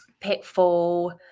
Pitfall